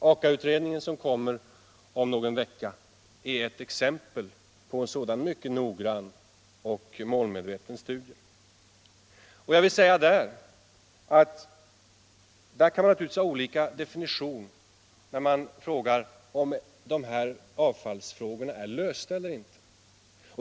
Aka-utredningen, som kommer om någon vecka, är ett exempel på en sådan mycket noggrann och målmedveten studie. Där kan man naturligtvis ha olika definitioner när man frågar om avfallsfrågorna är lösta eller inte.